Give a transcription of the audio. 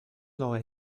nord